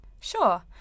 Sure